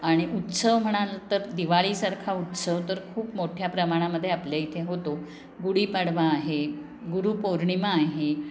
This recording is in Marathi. आणि उत्सव म्हणाल तर दिवाळीसारखा उत्सव तर खूप मोठ्या प्रमाणामधे आपल्या इथे होतो गुढीपाडवा आहे गुरु पौर्णिमा आहे